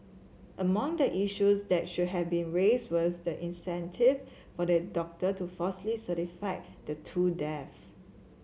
among the issues that should have been raised was the incentive for the doctor to falsely certify the two death